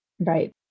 Right